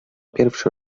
pierwszy